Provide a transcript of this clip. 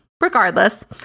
Regardless